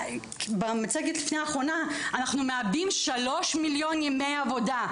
במצגת לפני האחרונה אנחנו מאבדים 3 מיליון ימי עבודה,